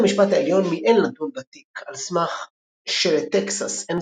בית המשפט העליון מיאן לדון בתיק על סמך שלטקסס אין